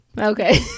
Okay